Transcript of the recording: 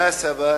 עארה לפה,